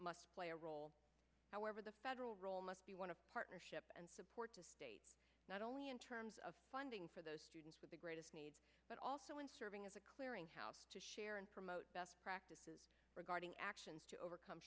play a role however the federal role must be one of partnership and support the state not only in terms of funding for those students with the greatest needs but also in serving as a clearinghouse to share and promote best practices regarding actions to overcome